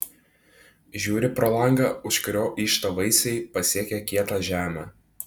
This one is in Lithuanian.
žiūri pro langą už kurio yžta vaisiai pasiekę kietą žemę